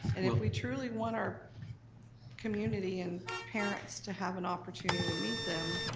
and if we truly want our community and parents to have an opportunity to meet them,